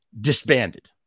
disbanded